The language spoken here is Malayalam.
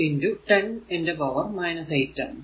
45 10 ന്റെ പവർ 8 ആണ്